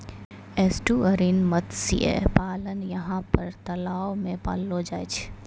estuarine मत्स्य पालन यहाँ पर तलाव मे पाललो जाय छै